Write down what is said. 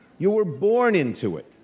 you were born into it.